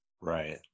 Right